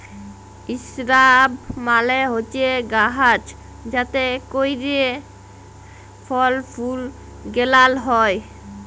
ইসরাব মালে হছে গাহাচ যাতে ক্যইরে ফল ফুল গেলাল হ্যয়